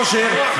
יושר,